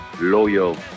loyal